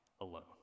alone